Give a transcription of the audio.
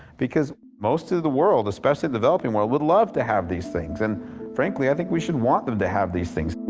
because most of the world especially developing world would love to have these things, and frankly, i think we should want them to have these things.